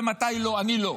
אני לא,